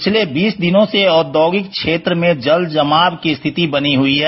पिछले बीस दिनों से औद्योगिक क्षेत्र में जल जमाव की स्थिति बनी हुई है